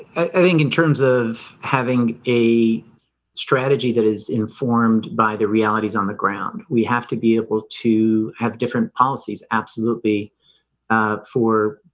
i think in terms of having a strategy that is informed by the realities on the ground. we have to be able to have different policies. absolutely ah for